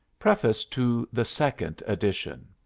preface to the second edition